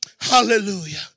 Hallelujah